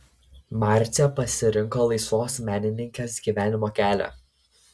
marcė pasirinko laisvos menininkės gyvenimo kelią